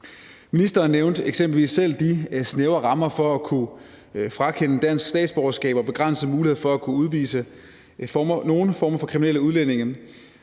Ministeren nævnte eksempelvis selv de snævre rammer for at kunne frakende dansk statsborgerskab og de begrænsede muligheder for at kunne udvise nogle former for kriminelle udlændinge.